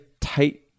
tight